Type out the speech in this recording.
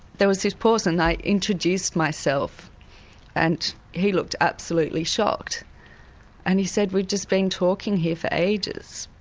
there was this pause and i introduced myself and he looked absolutely shocked and he said we've just been talking here for ages,